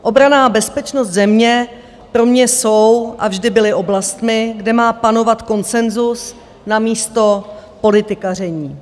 Obrana a bezpečnost země pro mě jsou a vždy byly oblastmi, kde má panovat konsenzus namísto politikaření.